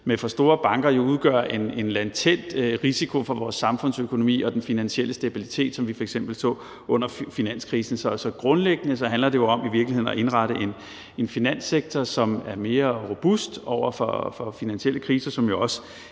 at for store banker udgør en latent risiko for vores samfundsøkonomi og den finansielle stabilitet, som vi f.eks. så det under finanskrisen. Så grundlæggende handler det i virkeligheden om at indrette en finanssektor, som er mere robust over for finansielle kriser,